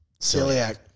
celiac